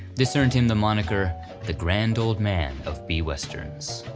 this earned him the moniker the grand old man of b westerns.